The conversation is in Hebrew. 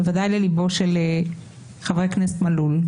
ודאי לליבו של חבר הכנסת מלול,